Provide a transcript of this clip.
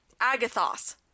agathos